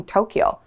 Tokyo